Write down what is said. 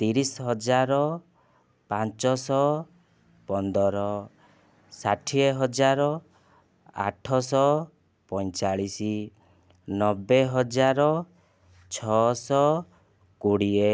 ତିରିଶହଜାର ପାଞ୍ଚଶହ ପନ୍ଦର ଷାଠିଏହଜାର ଆଠଶହ ପଇଁଚାଳିଶ ନବେହଜାର ଛଅଶହ କୋଡ଼ିଏ